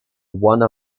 one